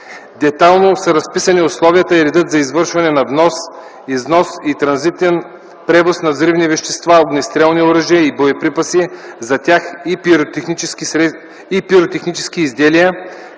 Детайлно са разписани условията и редът за извършване на внос, износ и транзитен превоз на взривни вещества, огнестрелни оръжия и боеприпаси за тях и пиротехнически изделия,